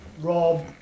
Rob